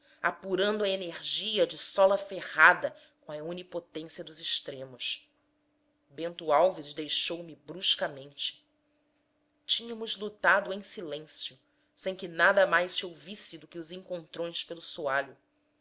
apurando a energia de sola ferrada com a onipotência dos extremos bento alves deixou-me bruscamente tínhamos lutado em silêncio sem que nada mais se ouvisse do que os encontrões pelo